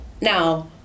Now